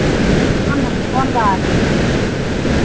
कोन कोन गाछ